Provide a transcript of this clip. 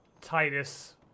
Titus